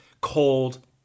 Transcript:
cold